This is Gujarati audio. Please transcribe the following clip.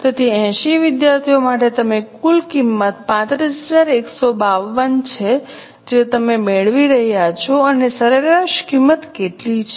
તેથી 80 વિદ્યાર્થીઓ માટે તમે કુલ કિંમત 35152 છે જે તમે મેળવી રહ્યા છો અને સરેરાશ કિંમત કેટલી છે